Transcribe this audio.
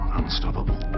unstoppable